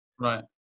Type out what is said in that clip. Right